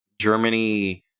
Germany